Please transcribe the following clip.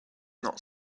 not